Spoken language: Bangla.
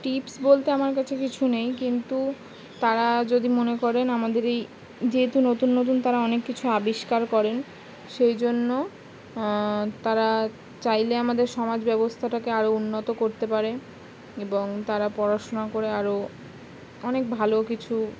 টিপস বলতে আমার কাছে কিছু নেই কিন্তু তারা যদি মনে করেন আমাদের এই যেহেতু নতুন নতুন তারা অনেক কিছু আবিষ্কার করেন সেই জন্য তারা চাইলে আমাদের সমাজ ব্যবস্থাটাকে আরও উন্নত করতে পারে এবং তারা পড়াশোনা করে আরও অনেক ভালো কিছু